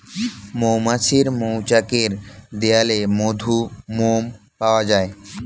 মৌমাছির মৌচাকের দেয়ালে মধু, মোম পাওয়া যায়